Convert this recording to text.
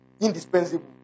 indispensable